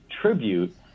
tribute